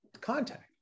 contact